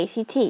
ACT